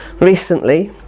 recently